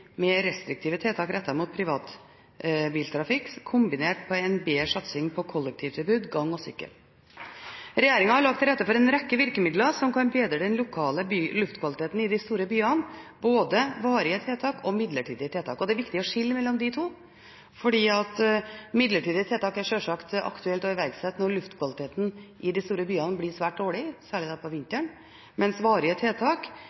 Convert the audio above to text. med restriktive tiltak rettet mot privatbiltrafikken kombinert med en bedre satsing på kollektivtilbud og gang- og sykkelveier. Regjeringen har lagt til rette for en rekke virkemidler som kan bedre den lokale luftkvaliteten i de store byene, både varige tiltak og midlertidige tiltak. Det er viktig å skille mellom de to. Midlertidige tiltak er det selvsagt aktuelt å iverksette når luftkvaliteten i de store byene blir svært dårlig, særlig da på vinteren, mens varige tiltak